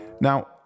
Now